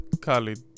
Khalid